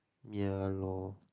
ya lor